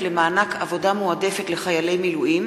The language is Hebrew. למענק עבודה מועדפת לחיילי מילואים),